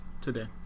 today